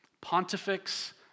Pontifex